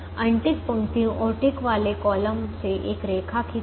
untick पंक्तियों और tick वाले कॉलम से एक रेखा खींचें